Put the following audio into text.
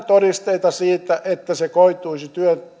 todisteita siitä että se koituisi